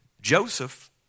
Joseph